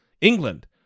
england